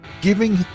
giving